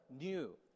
new